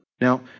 Now